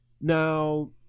now